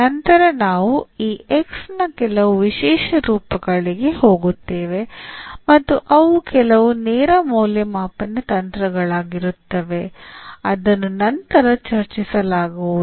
ನಂತರ ನಾವು ಈ X ನ ಕೆಲವು ವಿಶೇಷ ರೂಪಗಳಿಗೆ ಹೋಗುತ್ತೇವೆ ಮತ್ತು ಅವು ಕೆಲವು ನೇರ ಮೌಲ್ಯಮಾಪನ ತಂತ್ರಗಳಾಗಿರುತ್ತವೆ ಅದನ್ನು ನಂತರ ಚರ್ಚಿಸಲಾಗುವುದು